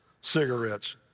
cigarettes